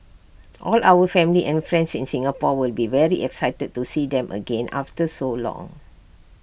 all our family and friends in Singapore will be very excited to see them again after so long